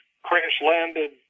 crash-landed